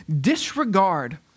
disregard